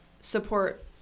support